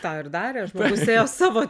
tą ir darė žmogus ėjo savo